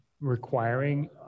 requiring